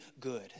good